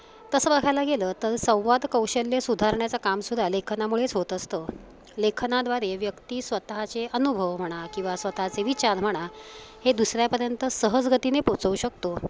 तसं बघायला गेलं तर संवाद कौशल्य सुधारण्याचं कामसुद्धा लेखनामुळेच होत असतं लेखनाद्वारे व्यक्ती स्वतःचे अनुभव म्हणा किंवा स्वतःचे विचार म्हणा हे दुसऱ्यापर्यंत सहजगतीने पोहोचवू शकतो